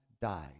died